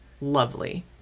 lovely